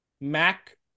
Mac